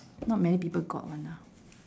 not many people got [one] ah